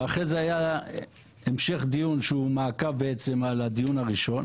ואחרי זה היה המשך דיון שהוא דיון מעקב על הדיון הראשון